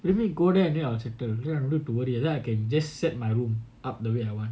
let me go there and then I will settle then I don't need to worry then I can just set my room up the way I want